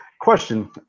question